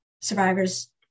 survivors